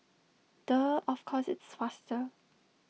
duh of course it's faster